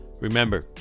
Remember